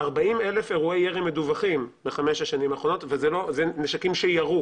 40 אלף אירועי ירי מדווחים בחמש השנים האחרונות ואלה נשקים שירו.